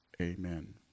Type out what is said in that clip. amen